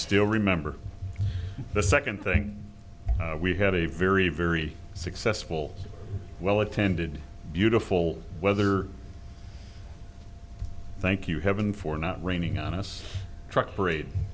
still remember the second thing we had a very very success well attended beautiful weather thank you heaven for not raining on us truck